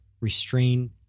restrained